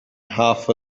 half